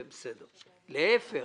להיפך.